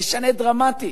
זה ישנה דרמטית.